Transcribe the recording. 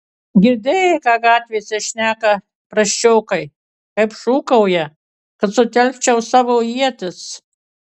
girdėjai ką gatvėse šneka prasčiokai kaip šūkauja kad sutelkčiau savo ietis